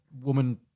woman